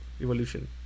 evolution